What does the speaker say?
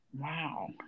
Wow